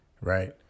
right